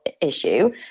issue